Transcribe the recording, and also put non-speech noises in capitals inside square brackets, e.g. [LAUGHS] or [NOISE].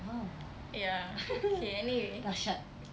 !wow! [LAUGHS] dahsyat